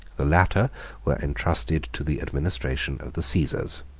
the latter were intrusted to the administration of the caesars.